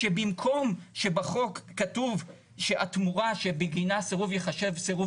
שבמקום שבחוק כתוב שהתמורה שבגינה סירוב ייחשב סירוב